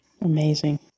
Amazing